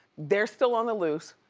they're still on the loose.